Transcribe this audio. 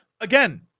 again